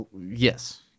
yes